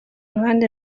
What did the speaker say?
ruhande